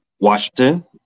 Washington